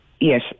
Yes